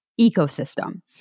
ecosystem